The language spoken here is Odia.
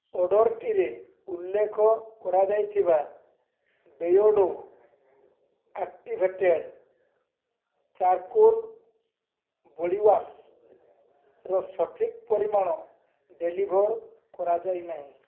ଅର୍ଡ଼ର୍ଟିରେ ଉଲ୍ଲେଖ କରାଯାଇଥିବା ବେୟର୍ଡ଼ୋ ଆକ୍ଟିଭେଟେଡ଼୍ ଚାର୍କୋଲ୍ ବଡ଼ିୱାଶ୍ର ସଠିକ୍ ପରିମାଣ ଡେଲିଭର୍ କରାଯାଇ ନାହିଁ